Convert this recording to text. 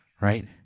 Right